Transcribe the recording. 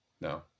no